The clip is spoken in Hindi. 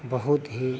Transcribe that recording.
बहुत ही